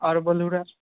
आओर बोलू रहए